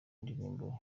indirimbo